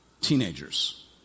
teenagers